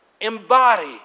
embody